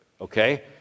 okay